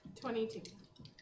Twenty-two